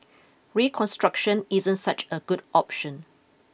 reconstruction isn't such a good option